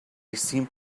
seemed